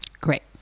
Great